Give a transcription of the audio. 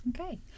Okay